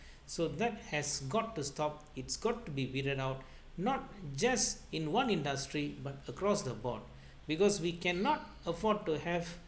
so that has got to stop it's got to be weeded out not just in one industry but across the board because we cannot afford to have